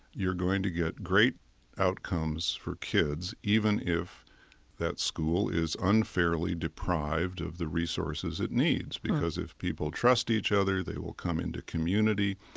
you're going to get great outcomes for kids even if that school is unfairly deprived of the resources it needs. because if people trust each other, they will come into community,